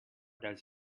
does